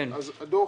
הדוח